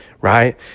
right